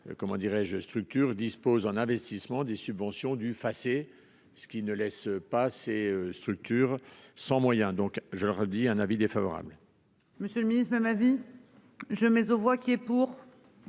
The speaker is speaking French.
Comment dirais-je, structure dispose en investissements des subventions du face et ce qui ne laisse pas ses structures sans moyens donc je leur ai dit un avis défavorable.-- Monsieur le Ministre, ma, ma vie. Je mais on voit qu'il est pour.